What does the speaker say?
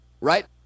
Right